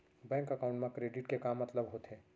Bank account मा credit के का मतलब होथे?